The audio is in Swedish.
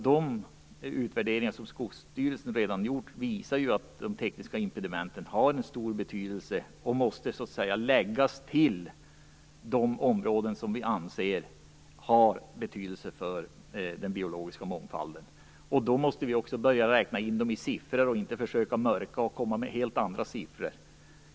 De utvärderingar som Skogsstyrelsen redan har gjort visar att de tekniska impedimenten har en stor betydelse och att de så att säga måste läggas till de områden som vi anser har betydelse för den biologiska mångfalden. Då måste vi också börja räkna in dem i siffror och inte försöka mörka och komma med helt andra siffror.